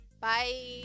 Bye